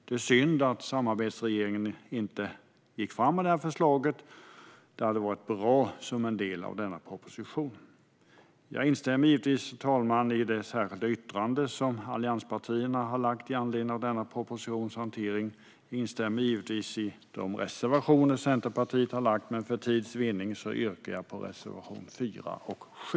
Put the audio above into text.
Det var synd att samarbetsregeringen inte gick fram med detta förslag. Det hade varit bra som en del av denna proposition. Jag instämmer givetvis i det särskilda yttrande som allianspartierna har lagt fram med anledning av denna propositions hantering och i de reservationer som Centerpartiet har, men för tids vinnande yrkar jag bifall endast till reservationerna 4 och 7.